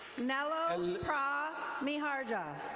nello pra miharda.